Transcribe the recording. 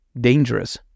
dangerous